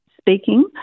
speaking